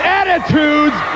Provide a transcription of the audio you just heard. attitudes